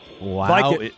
Wow